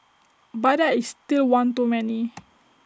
but that is still one too many